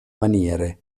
maniere